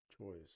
choice